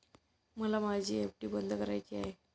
मला माझी एफ.डी बंद करायची आहे